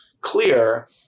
clear